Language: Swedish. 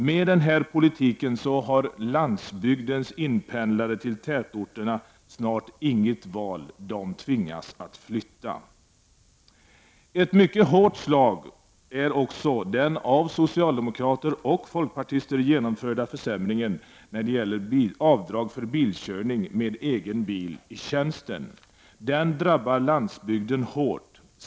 Med den här politiken har landsbygdens inpendlare till tätorterna snart inget val — de tvingas flytta! Ett mycket hårt slag är också den av socialdemokrater och folkpartister genomförda försämringen när det gäller avdrag för bilkörning med egen bil i tjänsten. Den försämringen drabbar landsbygden hårt.